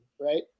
right